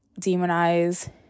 demonize